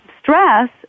stress